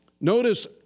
notice